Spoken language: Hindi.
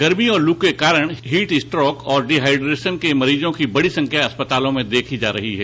गर्मी और लू के कारण हीट स्ट्रोक और डिहाइड्रेशन के मरीजों की बड़ी संख्या अस्पतालों में देखी जा रही है